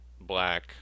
black